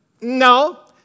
No